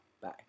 Bye